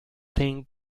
thing